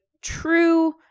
true